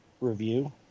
review